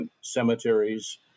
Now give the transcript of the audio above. cemeteries